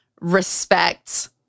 respect